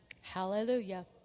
Hallelujah